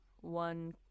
one